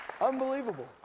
Unbelievable